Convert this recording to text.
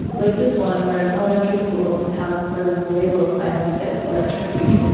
like this one, where an elementary school in the town of puerto nuevo finally gets electricity.